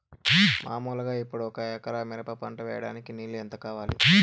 మామూలుగా ఇప్పుడు ఒక ఎకరా మిరప పంట వేయడానికి నీళ్లు ఎంత కావాలి?